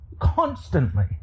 Constantly